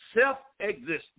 self-existent